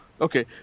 okay